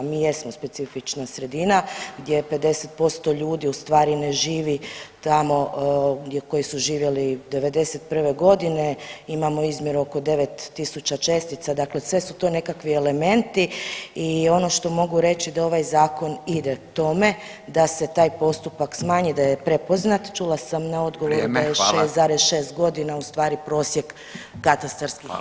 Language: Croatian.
Mi jesmo specifična sredina gdje 50% ljudi u stvari ne živi tamo koji su živjeli '91.g., imamo izmjeru oko 9 tisuća čestica, dakle sve su to nekakvi elementi i ono što mogu reći da ovaj zakon ide tome da se taj postupak smanji i da je prepoznat čula sam na odgovoru [[Upadica: Vrijeme, hvala]] da je 6,6.g. u stvari prosjek katastarskih izmjera.